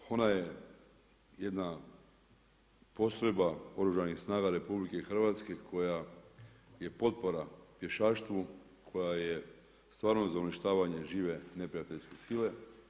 Ona je jedna postrojba Oružanih snaga RH, koja je potpora pješaštvu, koja je stvarno za uništavanje žive neprijateljske sile.